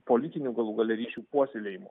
politinių galų gale ryšių puoselėjimu